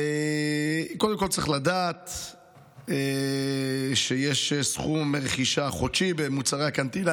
צריך לדעת שיש סכום רכישה חודשי במוצרי הקנטינה,